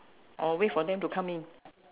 or wait for them to come in